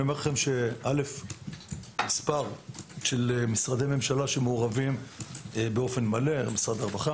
אני אומר לכם שיש כמה משרדי ממשלה שמעורבים באופן מלא: משרד הרווחה,